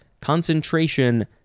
concentration